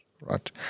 right